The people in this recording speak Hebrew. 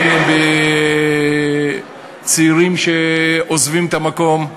הן בצעירים שעוזבים את המקום,